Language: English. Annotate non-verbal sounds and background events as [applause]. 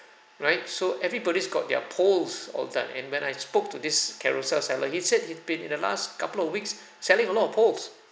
right so everybody's got their poles all done and when I spoke to this Carousell seller he said he's been in the last couple of weeks [breath] selling a lot of poles